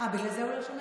בגלל זה הוא לא שומע?